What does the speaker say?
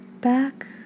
back